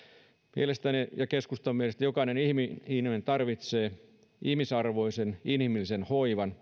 mielestäni ja keskustan mielestä jokainen ihminen ihminen tarvitsee ihmisarvoisen inhimillisen hoivan